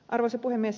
arvoisa puhemies